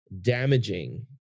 damaging